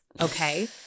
okay